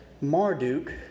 Marduk